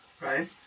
right